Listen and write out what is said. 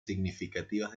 significativas